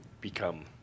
become